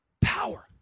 power